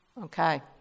Okay